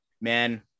man